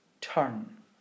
Turn